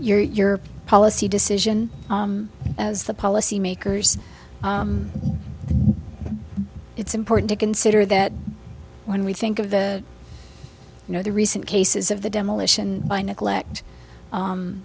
is your policy decision as the policy makers it's important to consider that when we think of the you know the recent cases of the demolition